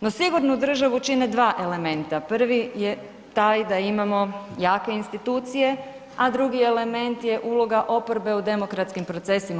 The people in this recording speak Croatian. No sigurnu državu čine dva elementa, prvi je taj da imamo jake institucije, a drugi element je uloga oporbe u demokratskim procesima.